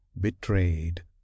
betrayed